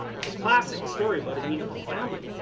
it's a classic story, but an oedipal family.